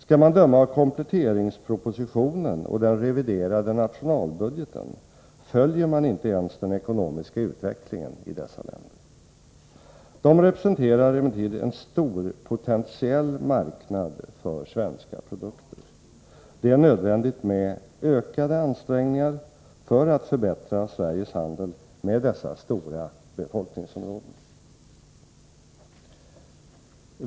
Att döma av kompletteringspropositionen och den reviderade nationalbudgeten följer man inte ens den ekonomiska utvecklingen i dessa länder. De representerar emellertid en stor potentiell marknad för svenska produkter. Det är nödvändigt med ökade ansträngningar för att förbättra Sveriges handel! med dessa stora befolkningsområden.